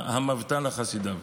המוְתה לחסידיו".